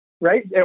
Right